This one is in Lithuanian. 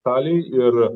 taliai ir